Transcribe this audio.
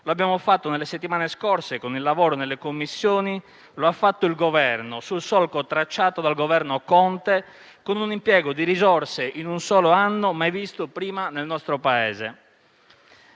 L'abbiamo fatto nelle settimane scorse con il lavoro nelle Commissioni e lo ha fatto il Governo sul solco tracciato dal Governo Conte, con un impiego di risorse in un solo anno mai visto prima nel nostro Paese.